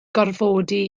gorfodi